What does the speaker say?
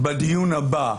בדיון הבא?